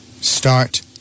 start